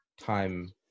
time